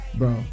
bro